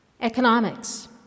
Economics